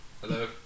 Hello